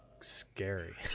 scary